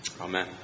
Amen